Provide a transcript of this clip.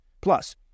Plus